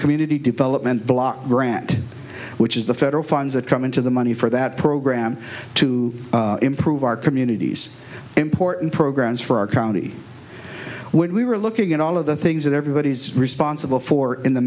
community development block grant which is the federal funds that come into the money for that program to improve our communities important programs for our county when we were looking at all of the things that everybody's responsible for in the